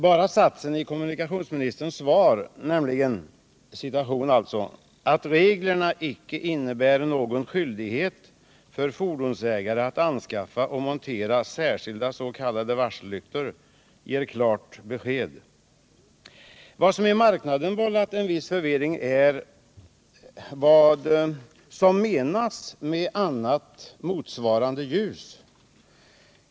Bara satsen i kommunikationsministerns svar ”att reglerna inte innebär någon skyldighet för fordonsägarna att anskaffa och montera särskilda s.k. varsellyktor” ger klart besked. Vad som i marknaden vållat en viss förvirring är vad som menas med ”annat motsvarande ljus”.